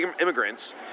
immigrants